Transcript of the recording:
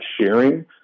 sharing